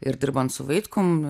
ir dirbant su vaitkum